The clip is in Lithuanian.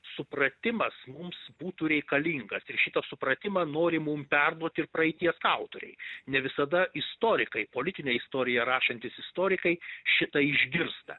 supratimas mums būtų reikalingas ir šitą supratimą nori mum perduoti ir praeities autoriai ne visada istorikai politinę istoriją rašantys istorikai šitą išgirsta